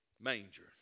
Manger